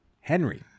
Henry